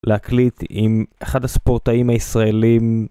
להקליט עם אחד הספורטאים הישראלים